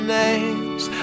names